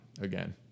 again